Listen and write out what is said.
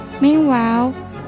Meanwhile